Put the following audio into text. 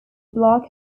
block